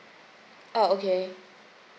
ah okay